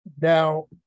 now